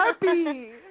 happy